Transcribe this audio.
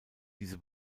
diese